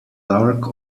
dark